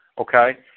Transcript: okay